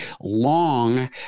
long